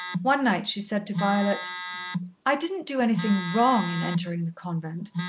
one night she said to violet i didn't do anything wrong in entering the convent.